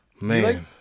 Man